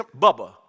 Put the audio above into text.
Bubba